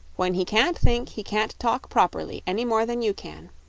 when he can't think, he can't talk properly, any more than you can.